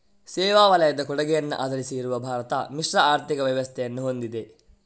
ಸೇವಾ ವಲಯದ ಕೊಡುಗೆಯನ್ನ ಆಧರಿಸಿ ಇರುವ ಭಾರತ ಮಿಶ್ರ ಆರ್ಥಿಕ ವ್ಯವಸ್ಥೆ ಹೊಂದಿದೆ